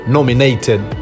Nominated